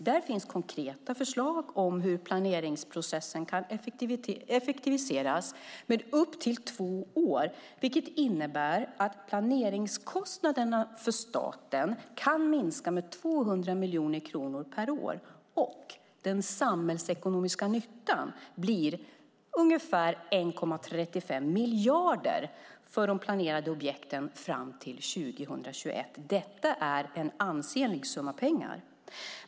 Där finns konkreta förslag om hur planeringsprocessen kan effektiviseras med upp till två år, vilket innebär att planeringskostnaderna för staten kan minska med 200 miljoner kronor per år och den samhällsekonomiska nyttan bli ungefär 1,35 miljarder för de planerade objekten fram till 2021. Detta är en ansenlig summa pengar.